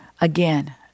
Again